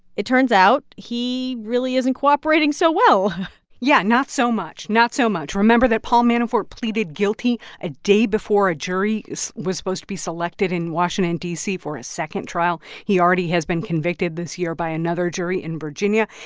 it turns out he really isn't cooperating so well yeah, not so much. not so much. remember that paul manafort pleaded guilty a day before a jury was supposed to be selected in washington, d c, for his second trial. he already has been convicted this year by another jury in virginia.